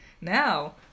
Now